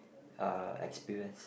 uh experience